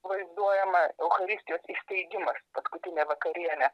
vaizduojama eucharistijos įsteigimas paskutinė vakarienė